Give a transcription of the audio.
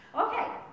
Okay